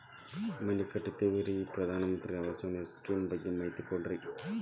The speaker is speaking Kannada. ಮನಿ ಕಟ್ಟಕತೇವಿ ರಿ ಈ ಪ್ರಧಾನ ಮಂತ್ರಿ ಆವಾಸ್ ಯೋಜನೆ ಸ್ಕೇಮ್ ಬಗ್ಗೆ ಮಾಹಿತಿ ಕೊಡ್ತೇರೆನ್ರಿ?